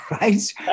right